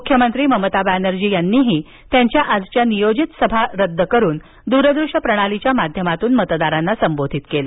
मुख्यमंत्री ममता बॅनर्जी यांनीही त्यांच्याआजच्या नियोजित जाहीर सभा रद्द करून द्र दृष्य प्रणालीच्या माध्यमातून मतदारांनासंबोधित केलं